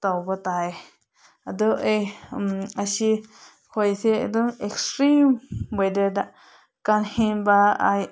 ꯇꯧꯕ ꯇꯥꯏ ꯑꯗꯨ ꯑꯩ ꯑꯁꯤ ꯑꯩꯈꯣꯏꯁꯦ ꯑꯗꯨꯝ ꯑꯦꯛꯁꯇ꯭ꯔꯤꯝ ꯋꯦꯗꯔꯗ ꯀꯥ ꯍꯦꯟꯕ